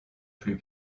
plus